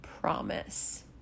Promise